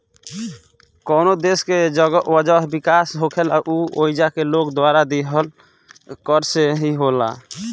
कवनो देश के वजह विकास होखेला उ ओइजा के लोग द्वारा दीहल कर से ही होखेला